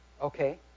okay